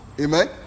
Amen